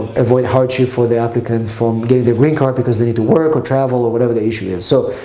avoid hardship for the applicant from getting the green card because they need to work or travel or whatever the issue is. so,